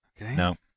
no